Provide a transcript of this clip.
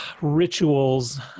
rituals